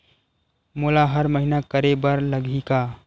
मोला हर महीना करे बर लगही का?